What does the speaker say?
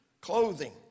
clothing